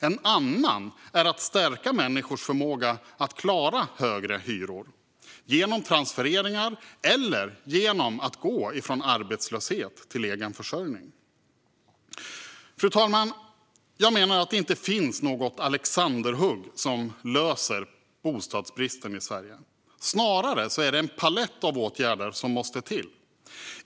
En annan är att stärka människors förmåga att klara högre hyror genom transfereringar eller genom att man går från arbetslöshet till egen försörjning. Fru talman! Jag menar att det inte finns något alexanderhugg som löser bostadsbristen i Sverige. Snarare är det en palett av åtgärder som måste till.